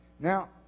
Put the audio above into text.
Now